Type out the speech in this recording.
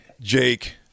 Jake